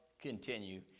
continue